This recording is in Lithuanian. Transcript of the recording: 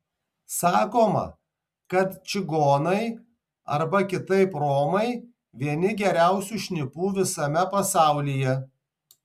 sakoma kad čigonai arba kitaip romai vieni geriausių šnipų visame pasaulyje